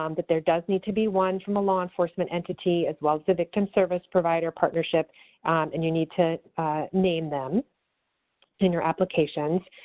um but there does need to be one from a law enforcement entity as well as the victim service provider partnership and you need to name them in your applications.